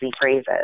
phrases